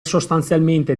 sostanzialmente